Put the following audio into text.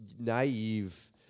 naive